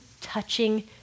touching